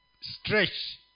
stretch